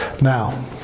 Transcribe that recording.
Now